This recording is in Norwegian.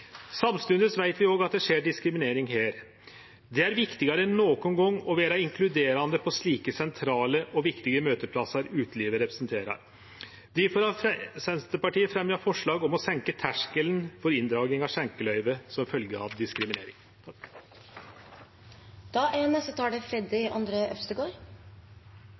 Samstundes veit vi òg at det skjer diskriminering her. Det er viktigare enn nokon gong å vere inkluderande på slike sentrale og viktige møteplassar som utelivet representerer. Difor har Senterpartiet fremja forslag om å senke terskelen for inndraging av skjenkeløyve som følgje av diskriminering. Rasisme er